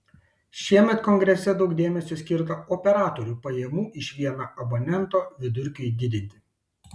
šiemet kongrese daug dėmesio skirta operatorių pajamų iš vieno abonento vidurkiui didinti